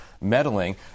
meddling